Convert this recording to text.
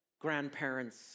grandparents